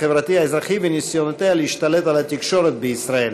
החברתי והאזרחי וניסיונותיה להשתלט על התקשורת בישראל.